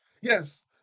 Yes